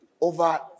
over